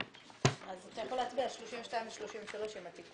אתה יכול להצביע על סעיף 32 ו-33 עם התיקון.